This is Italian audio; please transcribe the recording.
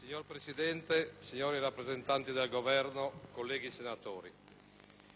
Signor Presidente, signori rappresentanti del Governo, colleghi senatori,